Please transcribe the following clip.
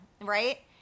right